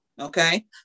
okay